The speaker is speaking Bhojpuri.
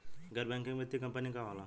गैर बैकिंग वित्तीय कंपनी का होला?